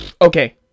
okay